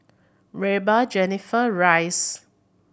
Reba Jenifer Rhys